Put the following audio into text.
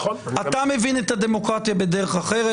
אתה מבין את הדמוקרטיה בדרך אחרת,